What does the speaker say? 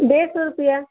डेढ़ सए रुपैआ